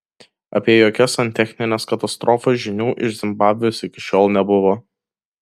apie jokias santechnines katastrofas žinių iš zimbabvės iki šiol nebuvo